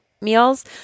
meals